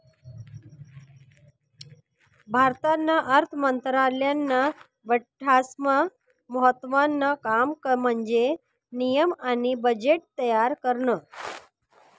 भारतना अर्थ मंत्रालयानं बठ्ठास्मा महत्त्वानं काम म्हन्जे नियम आणि बजेट तयार करनं